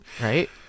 right